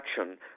action